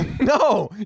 No